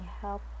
help